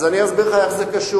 אז אני אסביר לך איך זה קשור.